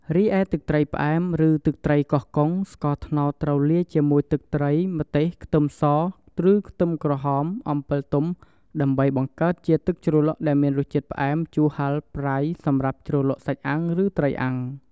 រីឯទឹកត្រីផ្អែមឬទឹកត្រីកោះកុង ស្ករត្នោតត្រូវលាយជាមួយទឹកត្រី ម្ទេស ខ្ទឹមសឬខ្ទឹមក្រហម អំពិលទុំ ដើម្បីបង្កើតជាទឹកជ្រលក់ដែលមានរសជាតិផ្អែម ជូរ ហឹរ ប្រៃ សម្រាប់ជ្រលក់សាច់អាំងឬត្រីអាំង។